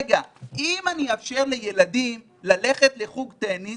אם אני אאפשר לילדים ללכת לחוג טניס